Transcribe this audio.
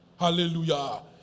Hallelujah